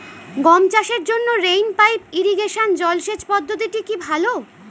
গম চাষের জন্য রেইন পাইপ ইরিগেশন জলসেচ পদ্ধতিটি কি ভালো?